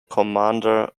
commander